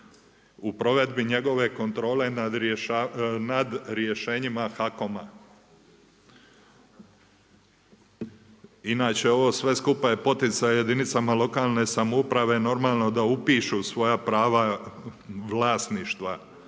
u provedbi njegove kontrole nad rješenjima HAKOM-a. Inače ovo sve skupa je poticaj jedinicama lokalne samouprave, normalno da upišu svoja prava vlasništva,